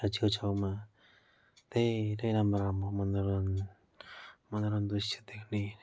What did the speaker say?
छेउछाउमा धेरै राम्रो राम्रो मनोरन मनोरञ्जन दृश्य देख्ने